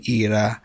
era